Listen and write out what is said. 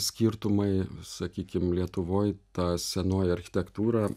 skirtumai sakykim lietuvoj ta senoji architektūra